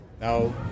Now